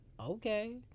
Okay